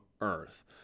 Earth